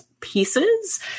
pieces